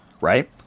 Right